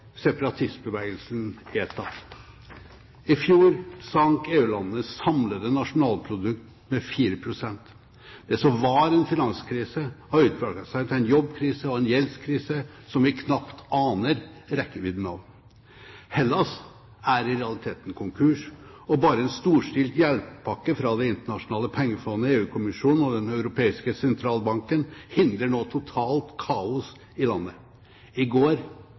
separatistbevegelsen ETA. I fjor sank EU-landenes samlede nasjonalprodukt med 4 pst. Det som var en finanskrise, har utviklet seg til en jobbkrise og en gjeldskrise som vi knapt aner rekkevidden av. Hellas er i realiteten konkurs, og bare en storstilt hjelpepakke fra Det internasjonale pengefondet, EU-kommisjonen og Den europeiske sentralbanken hindrer nå totalt kaos i landet. I går